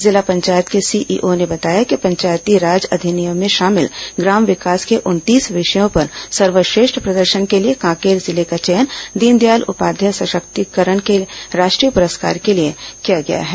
जिला पंचायत के सीईओ ने बताया कि पंचायती राज अधिनियम में शामिल ग्राम विकास के उनतीस विषयों पर सर्वश्रेष्ठ प्रदर्शन के लिए कांकेर जिले का चयन दीनदयाल उपाध्याय सशक्तिकरण के राष्ट्रीय पुरस्कार के लिए किया गया है